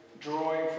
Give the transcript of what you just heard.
drawing